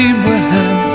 Abraham